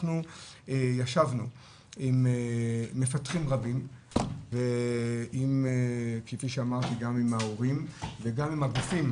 אנחנו ישבנו עם מפתחים רבים וכפי שאמרתי גם עם ההורים וגם עם הגופים,